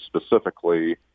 specifically